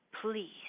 Please